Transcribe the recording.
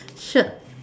shirt